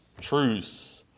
truth